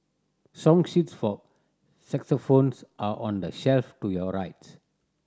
song sheets for are on the shelf to your rights